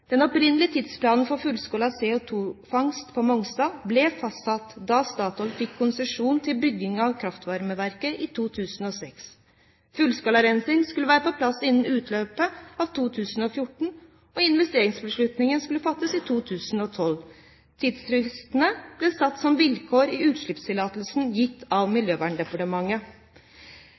Den opprinnelige tidsplanen for fullskala CO2-fangst på Mongstad ble fastsatt da Statoil fikk konsesjon til bygging av kraftvarmeverket i 2006. Fullskalarensing skulle være på plass innen utløpet av 2014, og investeringsbeslutningen skulle fattes i 2012. Tidsfristene ble satt som vilkår i utslippstillatelsen gitt av Miljøverndepartementet.